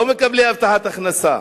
לא מקבלי הבטחת הכנסה.